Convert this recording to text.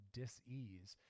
dis-ease